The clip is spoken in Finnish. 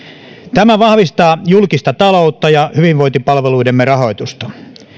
tämä vahvistaa julkista taloutta ja hyvinvointipalveluidemme rahoitusta